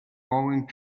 going